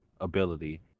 ability